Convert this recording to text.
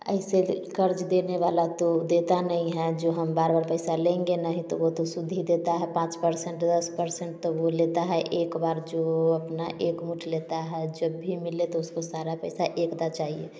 ऐसे दे कर्ज देने वाला तो देता नय है जो हम बार बार पैसा लेंगे नहीं तो वो तो सूद ही देता हैं पाँच पर्सेन्ट दस पर्सेन्ट तो वो लेता है एक बार जो अपना एकमूठ लेता है जब भी मिले तो उसको सारा पैसा एकदा चाहिए